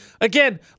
again